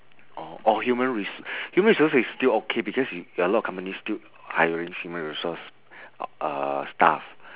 or or human res~ human resource is still okay because a lot of companies still hiring human resource uh staff